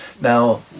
Now